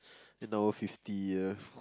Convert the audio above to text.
ten hour fifty ya